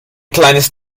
kleines